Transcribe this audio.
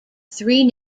three